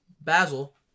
Basil